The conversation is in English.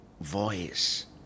voice